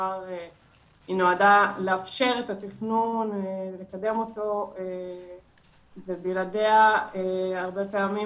דבר נועדה לאפשר את התכנון ולקדם אותו ובלעדיה הרבה פעמים